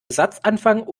satzanfang